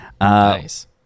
Nice